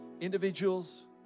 individuals